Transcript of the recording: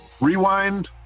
rewind